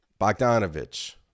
Bogdanovich